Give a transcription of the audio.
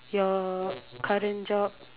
your current job